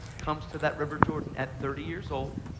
comes to that river jordan at thirty years old.